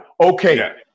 Okay